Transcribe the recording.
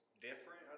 different